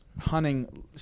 hunting